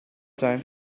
time